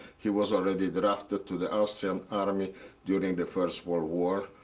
he was already drafted to the austrian army during the first world war.